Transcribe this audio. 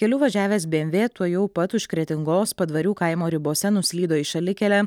keliu važiavęs bmw tuojau pat už kretingos padvarių kaimo ribose nuslydo į šalikelę